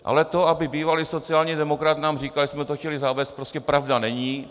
Ale to, aby bývalý sociální demokrat nám říkal, že jsme to chtěli zavést, prostě pravda není.